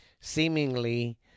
seemingly